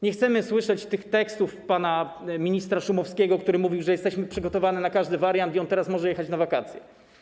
Nie chcemy słyszeć tych tekstów pana ministra Szumowskiego, który mówił, że jesteśmy przygotowani na każdy wariant i on teraz może jechać na wakacje.